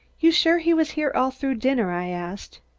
you're sure he was here all through dinner? i asked.